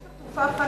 יש לך תרופה אחת,